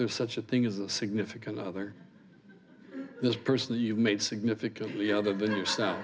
there's such a thing as a significant other this person that you made significantly other